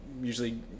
usually